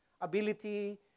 ability